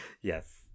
Yes